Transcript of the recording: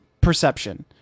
perception